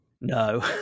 no